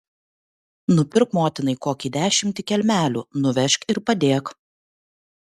nupirk motinai kokį dešimtį kelmelių nuvežk ir padėk